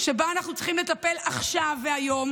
שבו אנחנו צריכים לטפל עכשיו והיום.